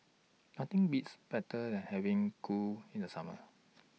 Nothing Beats Better and having Kuih in The Summer